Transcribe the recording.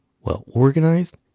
well-organized